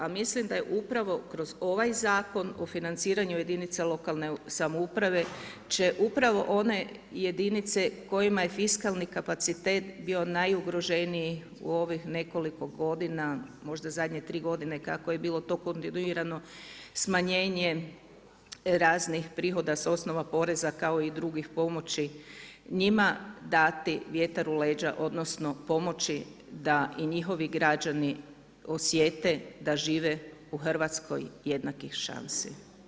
A mislim da je upravo kroz ovaj Zakon o financiranju jedinica lokalne samouprave će upravo one jedinice kojima je fiskalni kapacitet bio najugroženiji u ovih nekoliko godina, možda zadnje 3 godine kako je bilo to kontinuirano smanjenje raznih prihoda s osnova poreza kao i drugih pomoći, njima dati vjetar u leđa, odnosno pomoći da i njihovi građani osjete da žive u Hrvatskoj jednakih šansi.